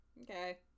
Okay